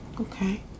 okay